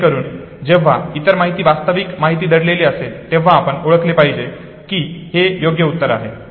जेणेकरून जेव्हा इतर माहितीत वास्तविक माहिती दडलेली असेल तेव्हा आपण ओळखले पाहिजे की हे योग्य उत्तर आहे